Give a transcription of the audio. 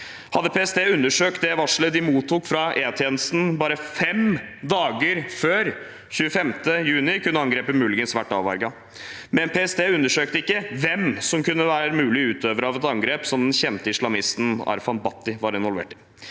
Hadde PST undersøkt det varselet de mottok fra E-tjenesten bare fem dager før 25. juni, kunne angrepet muligens vært avverget, men PST undersøkte ikke hvem som kunne være en mulig utøver av et angrep som den kjente islamisten Arfan Bhatti var involvert i.